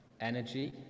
energy